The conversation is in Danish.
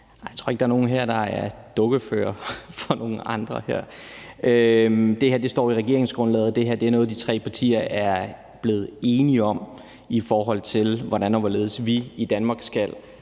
Jeg tror ikke, der er nogen her, der er dukkefører for nogle andre. Det her står i regeringsgrundlaget. Det her er noget, de tre partier er blevet enige om, i forhold til hvordan og hvorledes vi i Danmark skal